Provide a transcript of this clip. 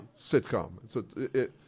sitcom